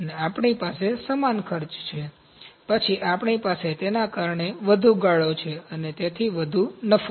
આપણી પાસે સમાન ખર્ચ છે પછી આપણી પાસે તેના કારણે વધુ ગાળો છે અને તેથી વધુ નફો છે